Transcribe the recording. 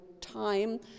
time